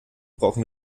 brauchen